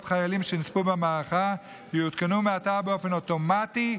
חיילים שנספו במערכה יעודכנו מעתה באופן אוטומטי,